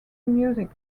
music